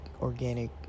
organic